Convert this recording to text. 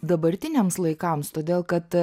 dabartiniams laikams todėl kad